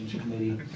Committee